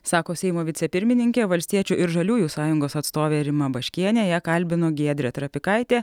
sako seimo vicepirmininkė valstiečių ir žaliųjų sąjungos atstovė rima baškienė ją kalbino giedrė trapikaitė